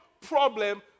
problem